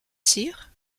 sire